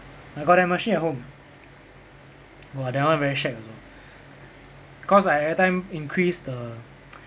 I got that machine at home !wah! that one very shag also cause I everytime increase the